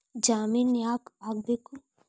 ಜಾಮಿನ್ ಯಾಕ್ ಆಗ್ಬೇಕು?